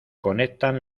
conectan